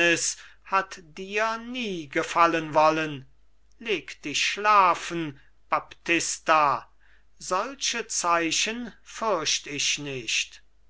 hat dir nie gefallen wollen leg dich schlafen baptista solche zeichen fürcht ich nicht